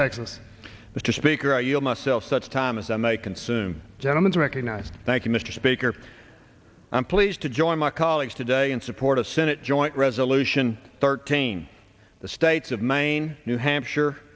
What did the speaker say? texas mr speaker i yield myself such time as i may consume gentleman's recognized thank you mr speaker i'm pleased to join my colleagues today in support of senate joint resolution thirteen the states of maine new hampshire